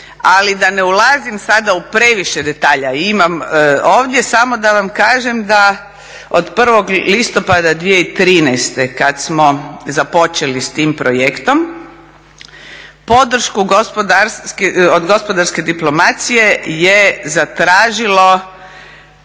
Ali da ne ulazim sada u previše detalja, imam ovdje, samo da vam kažem da od 1. listopada 2013. kada smo započeli s tim projektom, podršku od gospodarske diplomacije je zatražilo